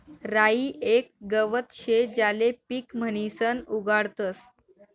राई येक गवत शे ज्याले पीक म्हणीसन उगाडतस